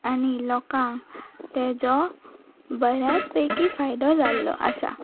आनी लोकांक तेजो बऱ्यात पैकी फायदो जाल्लो आसा